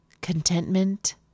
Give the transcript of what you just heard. contentment